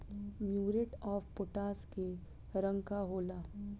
Muriate of potash के रंग का होला?